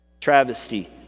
Travesty